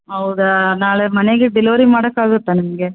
ಹೌದಾ ನಾಳೆ ಮನೆಗೆ ಡೆಲ್ವರಿ ಮಾಡಕೆ ಆಗುತ್ತಾ ನಿಮಗೆ